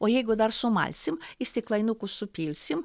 o jeigu dar sumalsim į stiklainukus supilsim